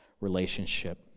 relationship